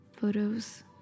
photos